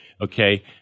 Okay